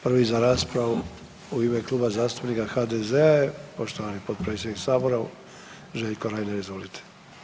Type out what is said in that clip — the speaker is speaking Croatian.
Prvi za raspravu u ime Kluba zastupnika HDZ-a je poštovani potpredsjedniče Sabora Željko Reiner, izvolite.